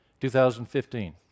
2015